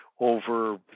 over